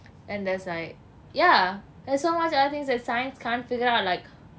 and there's like yah there's so much other things that science can't figure out like